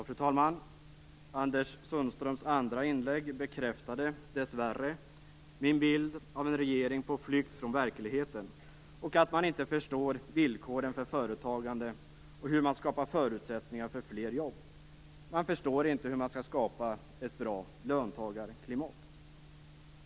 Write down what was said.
Fru talman! Anders Sundströms andra inlägg bekräftade dessvärre min bild av en regering på flykt från verkligheten, av att man inte förstår villkoren för företagande och för hur man skapar förutsättningar för fler jobb. Man förstår inte hur man skall skapa ett bra löntagarklimat.